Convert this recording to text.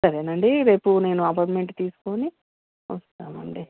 సరే అండి రేపు నేను అపాయింట్మెంట్ తీసుకుని వస్తాం అండి